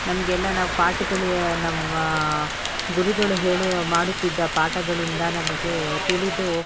ನಮಗೆಲ್ಲ ನಾವು ಪಾಠಗಳೇ ನಮ್ಮ ಗುರುಗಳು ಹೇಳುವ ಮಾಡುತ್ತಿದ್ದ ಪಾಠಗಳಿಂದ ನಮಗೆ ತಿಳಿದು